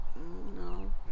No